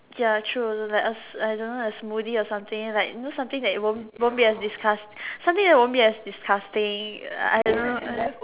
ya true like a I don't know like a smoothie or something like you know something that you won't won't be as disgust~ something that won't be as disgusting I don't know